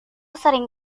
sering